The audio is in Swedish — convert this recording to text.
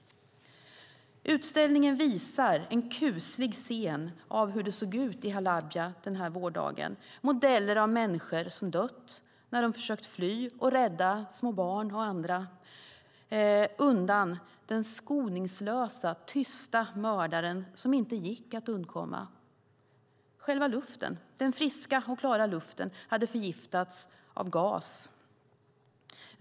Utställningen visar en kuslig scen av hur det såg ut i Halabja den här vårdagen, modeller av människor som dött när de försökt fly och rädda små barn och andra undan den skoningslösa tysta mördaren som inte gick att undkomma. Själva luften, den friska och klara luften, hade förgiftats av gas.